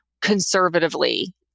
conservatively